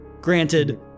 Granted